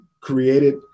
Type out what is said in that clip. created